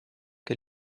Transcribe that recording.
che